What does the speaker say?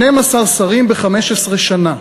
12 שרים ב-15 שנה.